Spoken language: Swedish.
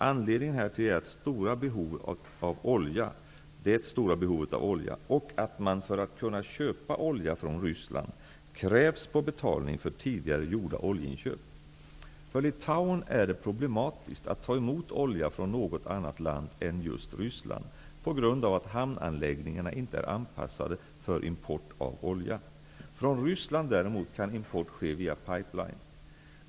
Anledningen härtill är det stora behovet av olja, och att man för att kunna köpa olja från För Litauen är det problematiskt att ta emot olja från något annat land än just Ryssland, på grund av att hamnanläggningarna inte är anpassade för import av olja. Från Ryssland däremot kan import ske via pipeline.